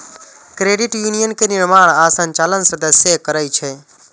credit union के निर्माण आ संचालन सदस्ये करै छै